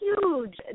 huge